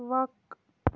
وَق